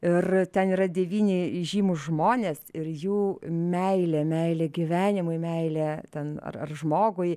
ir ten yra devyni įžymūs žmonės ir jų meilė meilė gyvenimui meilė ten ar ar žmogui